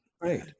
Right